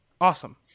Awesome